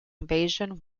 invasion